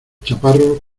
chaparros